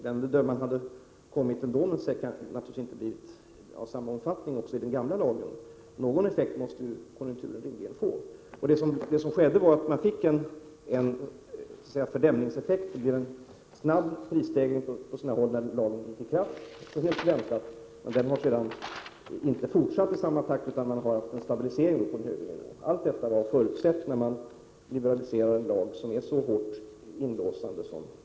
Den prisökningen hade kommit även med den gamla lagen, men den hade inte blivit av samma omfattning — någon effekt måste högkonjunkturen rimligen få. Det som skedde var att man på grund av den fördämning som uppstått fick en snabb prisstegring på sina håll när lagen trädde i kraft. Denna har sedan inte fortsatt i samma takt, utan det har blivit en stabilisering. Allt detta var förutsett när man ersatte den gamla jordförvärvslagen, som hade en så starkt inlåsande effekt.